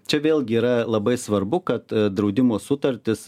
čia vėlgi yra labai svarbu kad draudimo sutartys